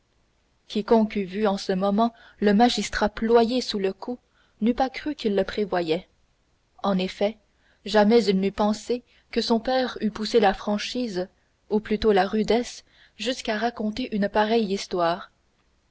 quiconque eût vu en ce moment le magistrat ployé sous le coup n'eût pas cru qu'il le prévoyait en effet jamais il n'eût pensé que son père eût poussé la franchise ou plutôt la rudesse jusqu'à raconter une pareille histoire